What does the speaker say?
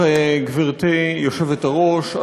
גברתי היושבת-ראש,